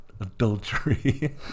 adultery